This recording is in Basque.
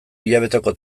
hilabeteko